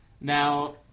Now